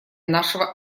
нашего